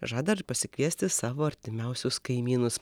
žada ir pasikviesti savo artimiausius kaimynus